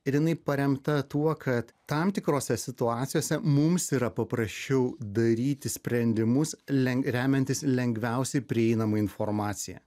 ir jinai paremta tuo kad tam tikrose situacijose mums yra paprasčiau daryti sprendimus lengviau remiantis lengviausiai prieinama informacija